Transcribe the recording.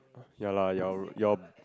ya lah your your